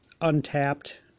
Untapped